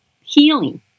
healing